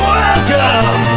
Welcome